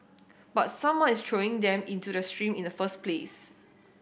but someone is throwing them into the stream in the first place